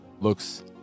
looks